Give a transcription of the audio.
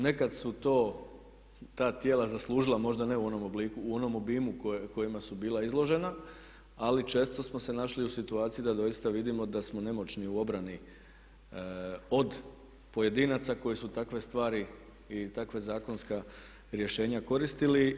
Nekad su to ta tijela zaslužila možda ne u onom obimu kojima su bila izložena, ali često smo se našli u situaciji da doista vidimo da smo nemoćni u obrani od pojedinaca koji su takve stvari i takva zakonska rješenja koristili.